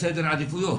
סדר עדיפויות.